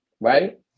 Right